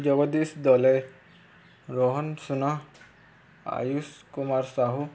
Jagdish Dalei Rohan Suna Ayush Kumar Sahu